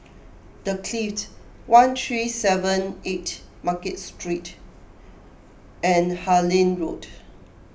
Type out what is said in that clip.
the Clift one three seven eight Market Street and Harlyn Road